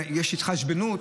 יש התחשבנות?